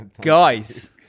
guys